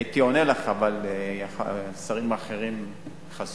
הייתי עונה לך, אבל השרים האחרים יכעסו.